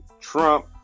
Trump